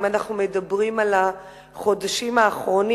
אם אנחנו מדברים על החודשים האחרונים